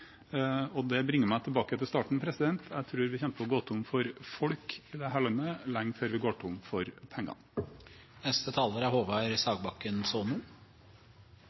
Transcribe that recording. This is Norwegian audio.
og det bringer meg tilbake til starten: Jeg tror vi kommer til å gå tomme for folk i dette landet lenge før vi går tomme for